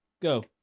Go